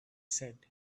said